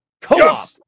co-op